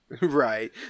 Right